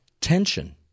tension